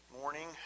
morning